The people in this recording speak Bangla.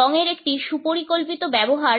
রঙের একটি সুপরিকল্পিত ব্যবহার